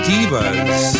Divas